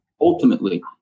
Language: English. ultimately